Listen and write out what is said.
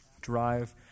drive